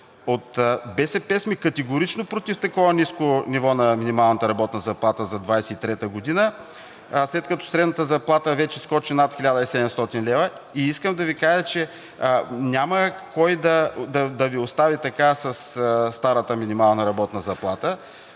от БСП сме категорично против такова ниско ниво на минималната работна заплата за 2023 г. След като средната заплата вече скочи над 1700 лв. и искам да Ви кажа, че няма кой да Ви остави така със старата минимална работна заплата.